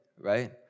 right